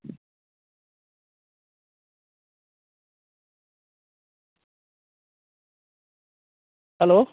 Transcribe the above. hello